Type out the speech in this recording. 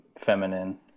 feminine